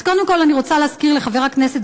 אז קודם כול אני רוצה להזכיר לחבר הכנסת